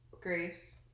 Grace